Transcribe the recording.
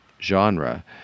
genre